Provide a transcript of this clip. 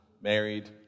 Married